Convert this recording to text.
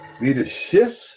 Leadership